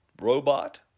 Robot